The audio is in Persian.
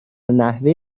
نحوه